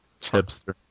Hipster